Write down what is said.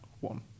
one